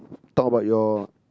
talk about your